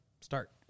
start